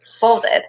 folded